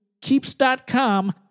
keeps.com